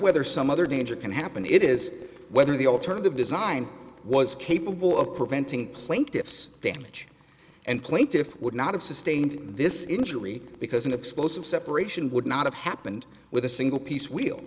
whether some other danger can happen it is whether the alternative design was capable of preventing plaintiffs damage and plaintiffs would not have sustained this injury because an explosive separation would not have happened with a single piece wheel